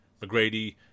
mcgrady